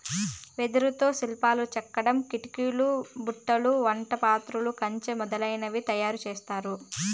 వెదురుతో శిల్పాలను చెక్కడం, కిటికీలు, బుట్టలు, వంట పాత్రలు, కంచెలు మొదలనవి తయారు చేత్తారు